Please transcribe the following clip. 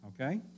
okay